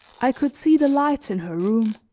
i could see the lights in her room,